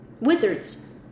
Wizards